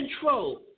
control